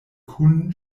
kun